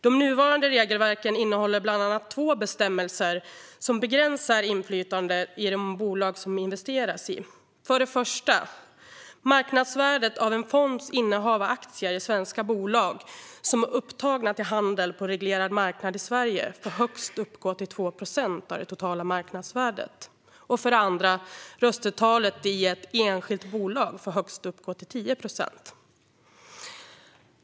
De nuvarande regelverken innehåller bland annat två bestämmelser som begränsar inflytandet i de bolag det investeras i. För det första: Marknadsvärdet av en fonds innehav av aktier i svenska bolag som är upptagna till handel på en reglerad marknad i Sverige får uppgå till högst 2 procent av det totala marknadsvärdet. För det andra: Röstetalet i ett enskilt bolag får uppgå till högst 10 procent.